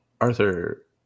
arthur